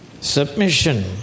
Submission